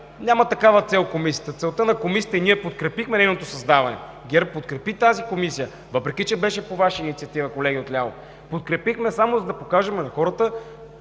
няма такава цел! Целта на Комисията, и ние подкрепихме нейното създаване, ГЕРБ подкрепи тази Комисия, въпреки че беше по Ваша инициатива, колеги отляво, подкрепихме я само, за да покажем на хората,